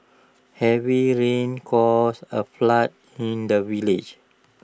heavy rains caused A flood in the village